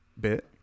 bit